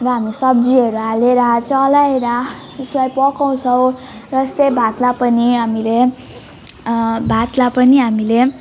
र हामी सब्जीहरू हालेर चलाएर यसलाई पकाउँछौँ र यस्तै भातलाई पनि हामीले भातलाई पनि हामीले